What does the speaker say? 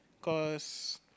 cause